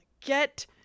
get